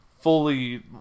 fully